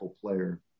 player